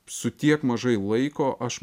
su tiek mažai laiko aš